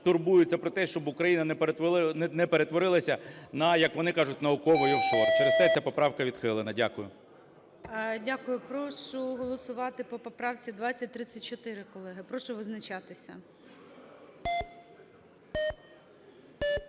турбуються про те, щоб Україна не перетворилася на, як вони кажуть, науковий офшор. Через те ця поправка відхилена. Дякую. ГОЛОВУЮЧИЙ. Дякую. Прошу голосувати по поправці 2034, колеги. Прошу визначатися.